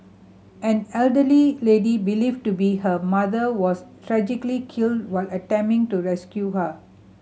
an elderly lady believed to be her mother was tragically killed while attempting to rescue her